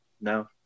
No